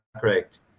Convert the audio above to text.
correct